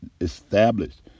established